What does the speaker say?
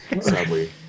sadly